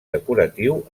decoratiu